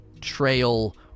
Trail